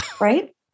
Right